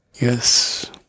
Yes